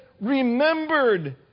Remembered